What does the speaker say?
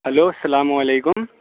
hello السّلام علیکم